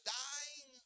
dying